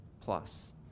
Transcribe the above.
plus